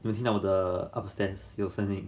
你有听到我的 upstairs 有声音